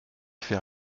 fait